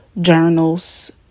journals